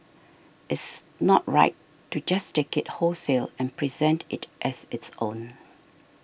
it's not right to just take it wholesale and present it as its own